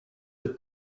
the